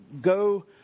go